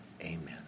amen